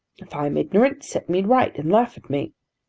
if i am ignorant, set me right and laugh at me.